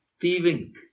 thieving